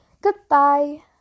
goodbye